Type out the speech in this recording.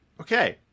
Okay